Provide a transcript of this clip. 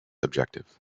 objective